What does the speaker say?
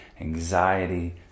anxiety